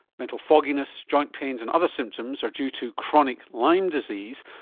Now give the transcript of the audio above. mental fogginess, joint pains and other symptoms are due to chronic lyme disease,